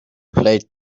played